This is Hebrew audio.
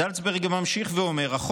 זלצברגר ממשיך ואומר: "החוק,